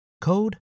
code